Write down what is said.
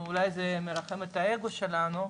אולי זה מנחם את האגו שלנו,